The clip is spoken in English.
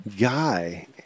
guy